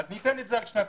אז ניתן את זה על שנתיים.